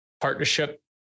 Partnership